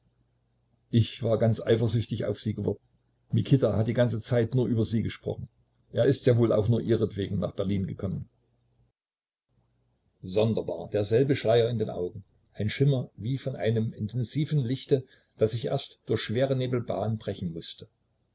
ich war ganz eifersüchtig auf sie geworden mikita hat die ganze zeit nur über sie gesprochen er ist ja wohl auch nur ihretwegen nach berlin gekommen sonderbar derselbe schleier in den augen ein schimmer wie von einem intensiven lichte das sich erst durch schwere nebel bahn brechen mußte